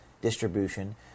distribution